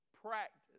practice